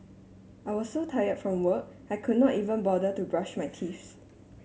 I was so tired from work I could not even bother to brush my teeth